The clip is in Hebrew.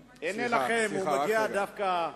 סליחה, רק רגע.